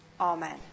Amen